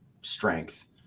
strength